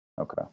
okay